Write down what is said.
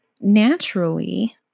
naturally